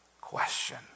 question